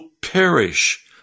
perish